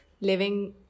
living